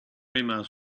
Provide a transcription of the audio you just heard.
emails